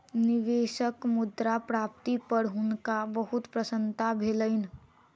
निवेशक मुद्रा प्राप्ति पर हुनका बहुत प्रसन्नता भेलैन